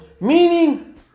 Meaning